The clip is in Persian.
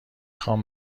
خوام